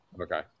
Okay